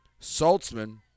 Saltzman